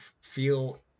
feel